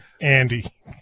Andy